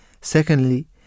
Secondly